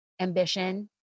ambition